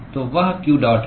तो वह q dot है